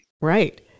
right